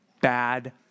bad